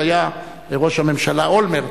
זה היה ראש הממשלה אולמרט,